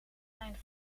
mijn